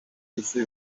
isi